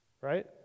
right